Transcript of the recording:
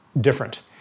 different